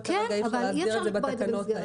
רק כרגע אי אפשר להסדיר את זה בתקנות האלה.